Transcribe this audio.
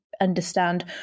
understand